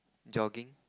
jogging